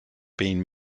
been